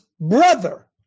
Brother